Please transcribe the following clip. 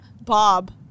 Bob